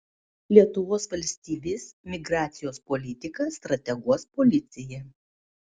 lietuvos valstybės migracijos politiką strateguos policija